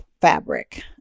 fabric